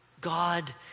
God